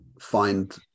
find